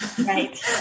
Right